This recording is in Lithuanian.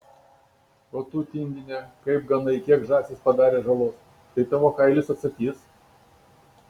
o tu tingine kaip ganai kiek žąsys padarė žalos tai tavo kailis atsakys